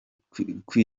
kwitwa